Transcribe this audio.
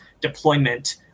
deployment